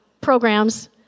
programs